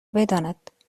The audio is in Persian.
بداند